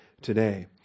today